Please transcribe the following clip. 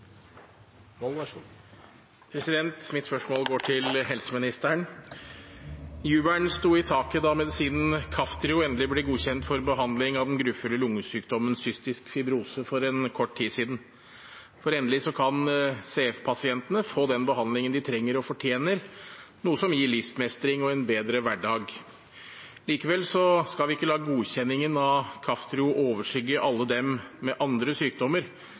den grufulle lungesykdommen cystisk fibrose for en kort tid siden. Endelig kan CF-pasientene få den behandlingen de trenger og fortjener, noe som gir livsmestring og en bedre hverdag. Likevel skal vi ikke la godkjenningen av Kaftrio overskygge alle dem med andre sykdommer